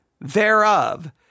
thereof